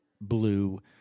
blue